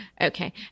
okay